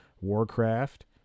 Warcraft